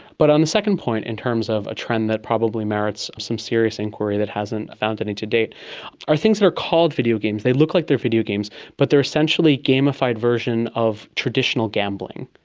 but on the second point in terms of a trend that probably merits some serious inquiry that hasn't found any to date are things that are called videogames, they look like they are videogames but they are essentially a gamified version of traditional gambling.